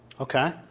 Okay